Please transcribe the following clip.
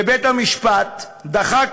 ובית-המשפט דחה,